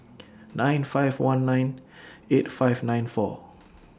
nine five one nine eight five nine four